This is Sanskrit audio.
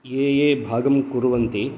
ये ये भागं कुर्वन्ति